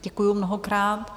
Děkuji mnohokrát.